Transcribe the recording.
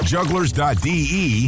Jugglers.de